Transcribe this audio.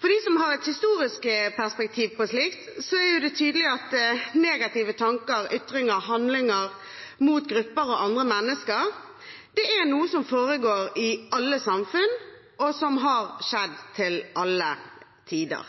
For dem som har et historisk perspektiv på slikt, er det tydelig at negative tanker, ytringer og handlinger mot grupper og andre mennesker er noe som foregår i alle samfunn, og som har skjedd til alle tider.